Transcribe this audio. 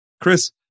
Chris